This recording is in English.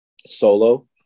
Solo